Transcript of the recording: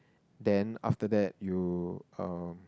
then after that you uh